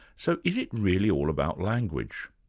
so is it really all about language?